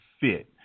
fit